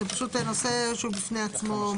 זה פשוט נושא שהוא בפני עצמו.